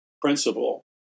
principle